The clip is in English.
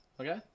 Okay